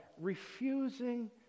refusing